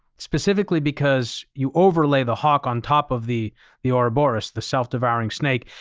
specifically because you overlay the hawk on top of the the ouroboros, the self-devouring snake,